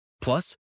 Plus